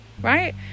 right